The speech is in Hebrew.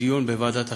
בדיון בוועדת החינוך,